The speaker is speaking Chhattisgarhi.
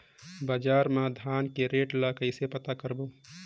बजार मा धान के रेट ला कइसे पता करबो?